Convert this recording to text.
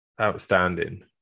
outstanding